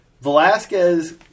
Velasquez